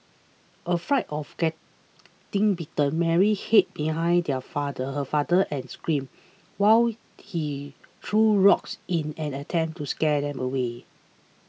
afraid of getting bitten Mary hid behind her father her father and screamed while he threw rocks in an attempt to scare them away